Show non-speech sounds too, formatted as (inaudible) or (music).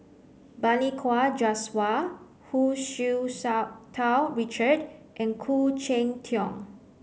Balli Kaur Jaswal Hu Tsu (unintelligible) Tau Richard and Khoo Cheng Tiong